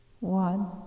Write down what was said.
One